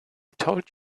told